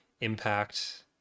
impact